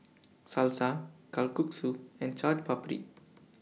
Salsa Kalguksu and Chaat Papri